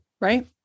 right